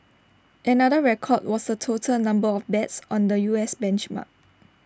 another record was the total number of bets on the U S benchmark